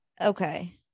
Okay